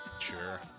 sure